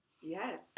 Yes